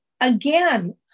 again